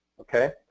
Okay